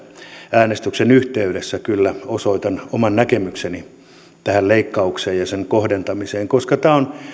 äänestyksen yhteydessä kyllä osoitan oman näkemykseni tästä leikkauksesta ja sen kohdentamisesta koska tämä on